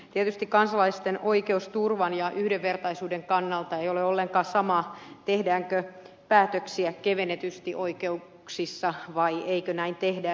tietysti kansalaisten oikeusturvan ja yhdenvertaisuuden kannalta ei ole ollenkaan sama tehdäänkö päätöksiä kevennetysti oikeuksissa vai eikö näin tehdä